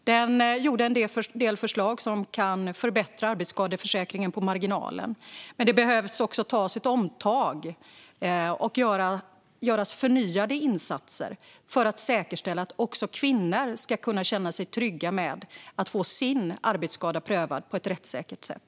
Där togs en del förslag fram som kan förbättra arbetsskadeförsäkringen på marginalen, men det behöver också göras ett omtag och göras förnyade insatser för att säkerställa att också kvinnor ska kunna känna sig trygga med att få sin arbetsskada prövad på ett rättssäkert sätt.